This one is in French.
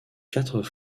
quatre